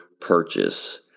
purchase